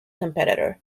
competitor